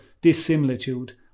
dissimilitude